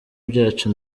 byacu